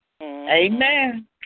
Amen